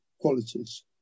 qualities